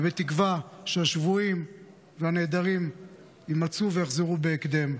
ובתקווה שהשבויים והנעדרים יימצאו ויחזרו בהקדם.